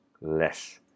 less